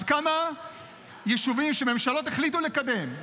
אז כמה יישובים שממשלות החליטו לקדם,